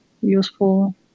useful